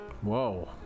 whoa